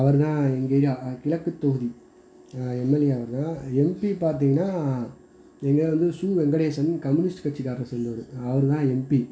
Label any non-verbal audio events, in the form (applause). அவர் தான் எங்கள் ஏரியா கிழக்கு தொகுதி எம்எல்ஏ அவரு தான் எம்பி பார்த்தீங்கன்னா (unintelligible) இருந்து சு வெங்கடேசன் கம்யூனிஸ்ட் கட்சிக்கார்ரை சேந்தவர் அவர் தான் எம்பி